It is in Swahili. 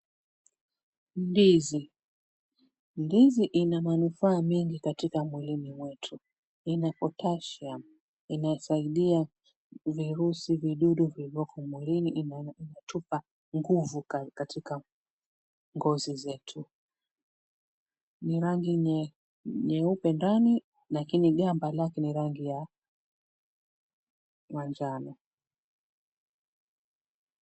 Ndizi. Ndizi inamanufaa mengi katika mwilini mwetu, ina potassium inasaidia virusi vidudu viloyoko mwilini na inatupa nguvu katika ngozi zetu, ni rangi nyeupe ndani lakini gamba lake ni rangi ya manjano.